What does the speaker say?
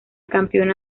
campeona